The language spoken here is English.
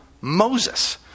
Moses